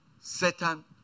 Satan